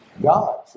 God